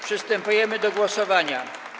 Przystępujemy do głosowania.